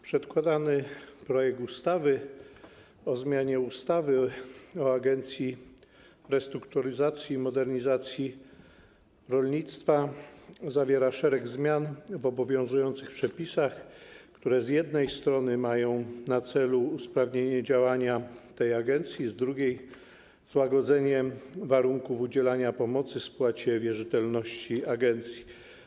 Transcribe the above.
Przedkładany projekt ustawy o zmianie ustawy o Agencji Restrukturyzacji i Modernizacji Rolnictwa zawiera szereg zmian w obowiązujących przepisach, które z jednej strony mają na celu usprawnienie działania tej agencji, z drugiej - złagodzenie warunków udzielania pomocy w spłacie wierzytelności agencji.